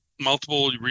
multiple